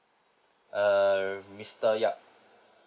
err mister yap